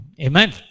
Amen